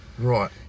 Right